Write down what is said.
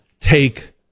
take